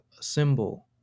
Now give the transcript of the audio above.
symbol